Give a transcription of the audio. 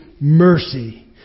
mercy